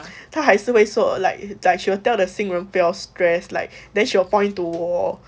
他还是会说 like like she will tell the 新人不要 stress like then she will point to 我